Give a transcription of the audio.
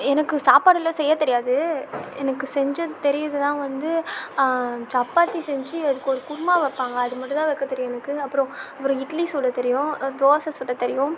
எனக்கு சாப்பாடெல்லாம் செய்ய தெரியாது எனக்கு செஞ்ச தெரியறது தான் வந்து சப்பாத்தி செஞ்சு அதுக்கு ஒரு குருமா வைப்பாங்க அது மட்டும் தான் வைக்க தெரியும் எனக்கு அப்புறம் அப்புறம் இட்லி சுட தெரியும் தோசை சுட தெரியும்